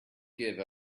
give